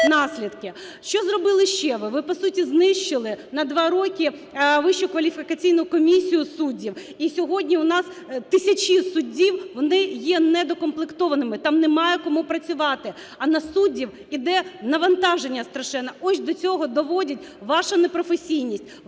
наслідки. Що зробили ще ви? Ви по суті знищили на два роки Вищу кваліфікаційну комісію суддів. І сьогодні у нас тисячі судів вони є недоукомплектованими. Там немає кому працювати. А на суддів іде навантаження страшенне. Ось до цього доводить ваша непрофесійність,